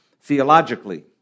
theologically